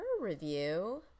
review